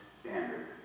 standard